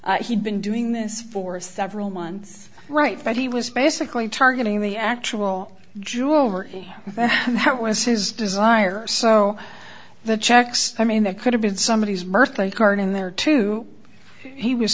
he'd been doing this for several months right but he was basically targeting the actual jewelry that was his desire so the checks i mean that could have been somebodies birthday card in there too he was